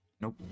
Nope